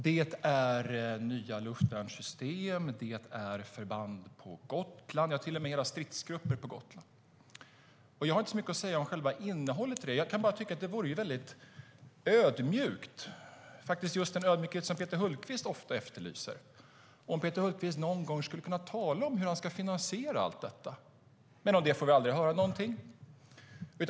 Det är nya luftvärnssystem, förband på Gotland, till och med hela stridsgrupper på Gotland. Jag har inte så mycket att säga om själva innehållet i det. Jag kan bara tycka att det vore ödmjukt, faktiskt just den ödmjukhet som Peter Hultqvist ofta efterlyser, om Peter Hultqvist någon gång skulle kunna tala om hur han ska finansiera allt detta. Men om detta får vi inte höra någonting.